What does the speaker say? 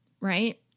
right